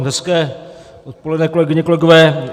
Hezké odpoledne, kolegyně a kolegové.